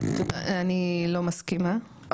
אני לא מסכימה,